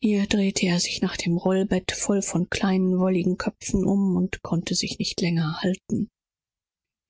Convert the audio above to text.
hier wandte er sich zu dem breiten rollbett um welches voll von kleinen wolligen köpfen lag und brach gänzlich zusammen